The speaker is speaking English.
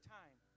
time